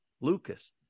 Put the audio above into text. Lucas